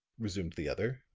resumed the other,